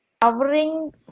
covering